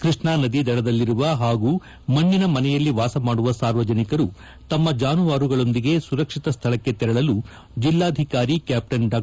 ಕೃಷ್ಣಾ ನದಿ ದಡದಲ್ಲಿರುವ ಹಾಗೂ ಮಣ್ಣಿನ ಮನೆಯಲ್ಲಿ ವಾಸಮಾದುವ ಸಾರ್ವಜನಿಕರು ತಮ್ಮ ಜಾನುವಾರುಗಳೊಂದಿಗೆ ಸುರಕ್ಷಿತ ಸ್ಥಳಕ್ಕೆ ತೆರಳಲು ಜಿಲ್ಲಾಧಿಕಾರಿ ಕ್ಯಾಪ್ಲನ್ ಡಾ